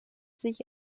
sich